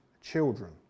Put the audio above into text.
children